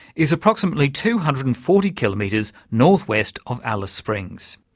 is approximately two hundred and forty kilometres north-west of alice springs.